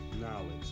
knowledge